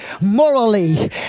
morally